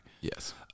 Yes